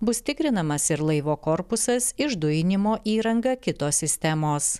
bus tikrinamas ir laivo korpusas išdujinimo įranga kitos sistemos